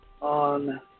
on